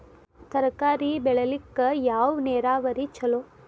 ತರಕಾರಿ ಬೆಳಿಲಿಕ್ಕ ಯಾವ ನೇರಾವರಿ ಛಲೋ?